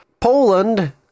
Poland